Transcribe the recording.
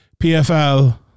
PFL